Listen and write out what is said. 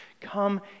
come